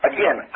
Again